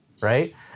Right